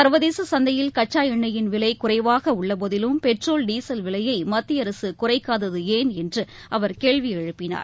சர்வதேச சந்தையில் கச்சா எண்ணெயின் விலை குறைவாக உள்ளபோதிலும் பெட்ரோல் டீசல் விலையை மத்திய அரசு குறைக்காதது ஏன் என்று அவர் கேள்வி எழுப்பினார்